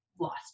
lost